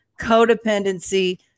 codependency